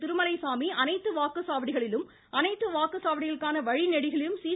திருமலை சாமி அனைத்து வாக்குச்சாவடிகளிலும் அனைத்து வாக்குச் சாவடிகளுக்கான வழி நெடுகிலும் சி